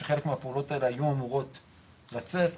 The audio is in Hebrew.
שחלק מהפעולות האלה היו אמורות לצאת,